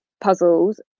puzzles